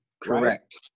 correct